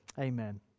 Amen